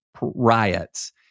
riots